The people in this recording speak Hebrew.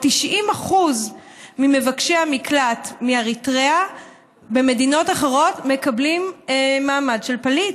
90% ממבקשי המקלט מאריתריאה במדינות אחרות מקבלים מעמד של פליט.